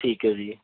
ਠੀਕ ਹੈ ਜੀ